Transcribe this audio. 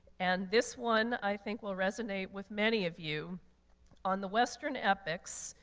and this one i think will resonate with many of you on the western epics,